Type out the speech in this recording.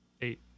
eight